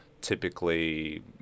typically